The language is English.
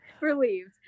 Relieved